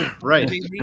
Right